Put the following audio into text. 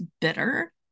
bitter